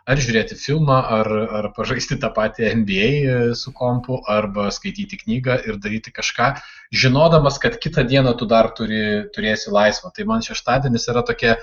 ar žiūrėti filmą ar ar pažaisti tą patį en by ei su kompu arba skaityti knygą ir daryti kažką žinodamas kad kitą dieną tu dar turi turėsi laisvą tai man šeštadienis yra tokia